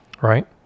Right